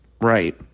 right